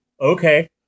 Okay